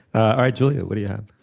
ah juliette what do you have.